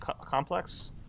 Complex